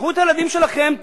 קחו את הילדים שלכם,